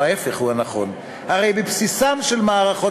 או ההפך הוא הנכון: הרי בבסיסן של מערכות